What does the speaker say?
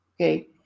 okay